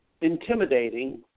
intimidating